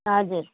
हजुर